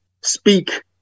speak